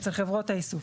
אצל חברות האיסוף.